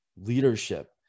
leadership